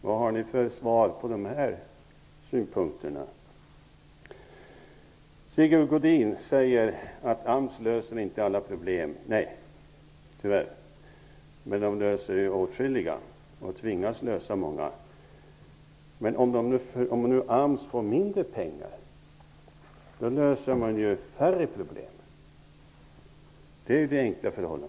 Vad har ni för kommentarer till de här synpunkterna? Sigge Godin säger att AMS inte löser alla problem. Nej, tyvärr, men AMS löser åtskilliga och tvingas lösa många. Om nu AMS får mindre pengar då löser man ju färre problem. Det är det enkla förhållandet.